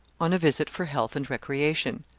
on a visit for health and recreation.